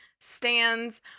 stands